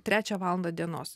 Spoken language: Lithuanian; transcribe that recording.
trečią valandą dienos